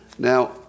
Now